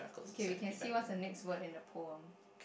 okay we can see what's the next word in the poem